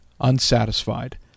unsatisfied